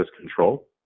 control